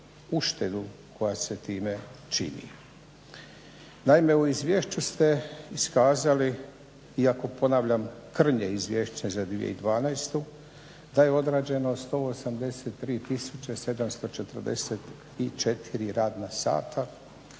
uštedu koja se time čini. Naime, u izvješću ste iskazali iako ponavljam krnje izvješće za 2012. da je određeno 183 744 radna sata,